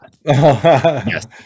Yes